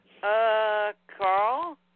Carl